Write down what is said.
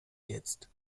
jetzt